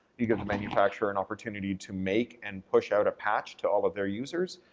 you give the manufacturer an opportunity to make and push out a patch to all of their users,